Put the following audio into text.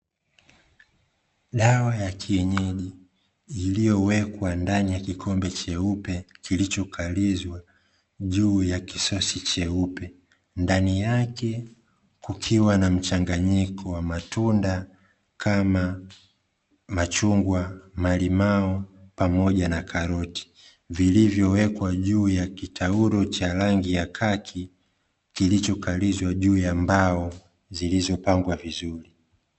Dawa ya kienyeji iliyowekwa ndani ya kikombe cheupe kilichokalizwa ndani ya kisosi cheupe ndani yake kukiwa na mchanganyiko wa matunda kama; machungwa, malimao pamoja na karoti vilivyowekwa juu ya kitaulo cha rangi ya kaki kilichokalizwa juu ya mbao zilizopangwa vizuri